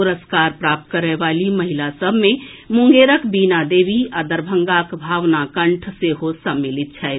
पुरस्कार प्राप्त करए वाली महिला सभ मे मुंगेरक बीना देवी आ दरभंगाक भावना कंठ सेहो सम्मलित छथि